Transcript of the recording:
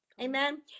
Amen